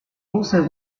also